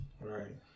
Right